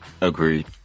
Agreed